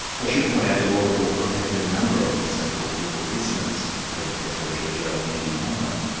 i should point out the law report contacted a number of the so-called liberal dissidents, including petro georgiou and judy moylan.